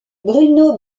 bruno